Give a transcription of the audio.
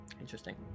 Interesting